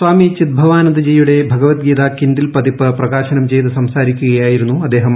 സ്വാമി ചിത്ഭവാനന്ദജിയുടെ ഭഗവത്ഗീത കിൻഡിൽ പതിപ്പ് പ്രകാശനം ചെയ്ത് സംസാരിക്കുകയായിരുന്നു അദ്ദേഹം